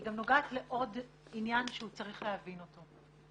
גם נוגעת לעוד עניין שצריך להבין אותו.